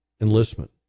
enlistment